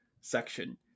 section